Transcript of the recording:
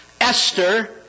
Esther